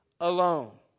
Alone